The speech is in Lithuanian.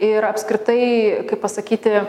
ir apskritai kaip pasakyti